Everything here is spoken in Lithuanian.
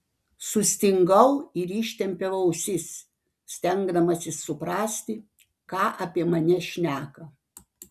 sustingau ir ištempiau ausis stengdamasis suprasti ką apie mane šneka